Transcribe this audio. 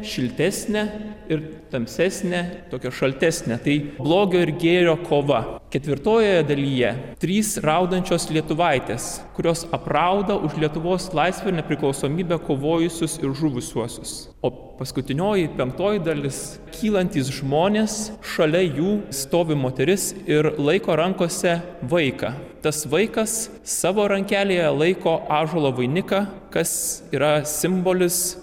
šiltesnę ir tamsesnę tokias šaltesnę tai blogio ir gėrio kova ketvirtojoje dalyje trys raudančios lietuvaitės kurios aprauda už lietuvos laisvę nepriklausomybę kovojusius ir žuvusiuosius o paskutinioji penktoji dalis kylantys žmonės šalia jų stovi moteris ir laiko rankose vaiką tas vaikas savo rankelėje laiko ąžuolo vainiką kas yra simbolis